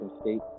State